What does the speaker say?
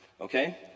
Okay